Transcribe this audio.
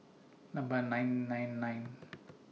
Number nine nine nine